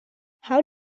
how